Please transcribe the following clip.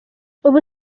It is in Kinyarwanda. ubu